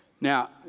Now